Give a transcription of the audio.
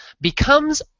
Becomes